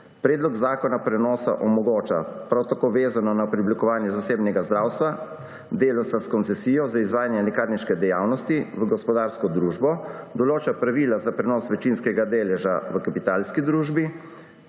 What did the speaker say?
Predlog zakona prenosa omogoča, prav tako vezano na preoblikovanje zasebnega zdravstva, delavca s koncesijo za izvajanje lekarniške dejavnosti v gospodarsko družbo, določa pravila za prenos večinskega deleža v kapitalski družbi,